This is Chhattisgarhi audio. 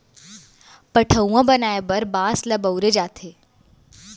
पठअउवा बनाए बर बांस ल बउरे जाथे